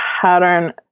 pattern